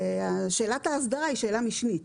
ושאלת ההסדרה היא שאלה משנית